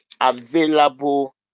available